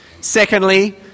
Secondly